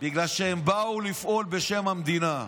בגלל שהם באו לפעול בשם המדינה,